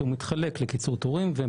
שהוא מתחלק לקיצור תורים ו-